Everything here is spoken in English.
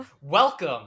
welcome